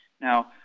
Now